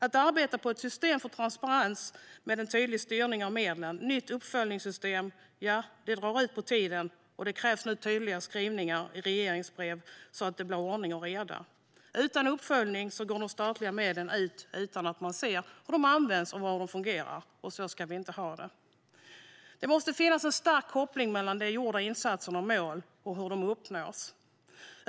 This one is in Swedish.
Att arbeta på ett system för transparens med en tydlig styrning av medlen och ett nytt uppföljningssystem drar ut på tiden. Det krävs nu tydliga skrivningar i regleringsbrev så att det blir ordning och reda. Utan uppföljning går de statliga medlen ut utan att man ser hur de används eller om de fungerar. Så ska vi inte ha det. Det måste finnas en stark koppling mellan gjorda insatser och hur mål uppnås.